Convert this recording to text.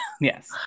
Yes